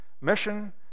Mission